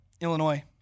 Illinois